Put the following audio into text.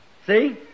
See